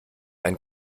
ein